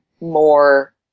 more